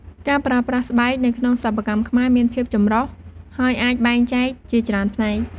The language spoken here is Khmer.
ការប្រើប្រាស់ស្បែកនៅក្នុងសិប្បកម្មខ្មែរមានភាពចម្រុះ ហើយអាចបែងចែកជាច្រើនផ្នែក។